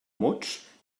mots